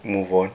move on